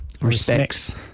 Respects